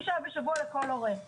אני מאוד מתרגשת שוועדת הבריאות בדיון